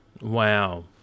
wow